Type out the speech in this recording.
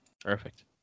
Perfect